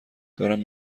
دارم